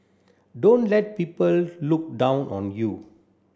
don't let people look down on you